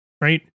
right